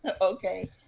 Okay